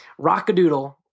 Rockadoodle